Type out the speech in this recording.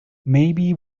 maybe